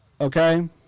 Okay